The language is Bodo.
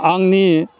आंनि